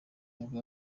nibwo